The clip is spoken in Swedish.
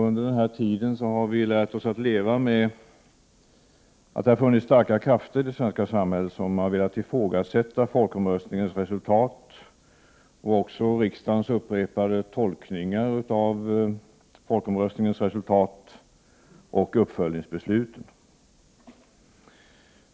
Under den här tiden har vi lärt oss att leva med att det funnits starka krafter i det svenska samhället som har velat ifrågasätta folkomröstningens resultat och riksdagens upprepade tolkningar av folkomröstningens resultat samt uppföljningsbeslutet.